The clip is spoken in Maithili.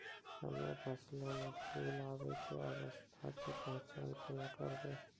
हम्मे फसलो मे फूल आबै के अवस्था के पहचान केना करबै?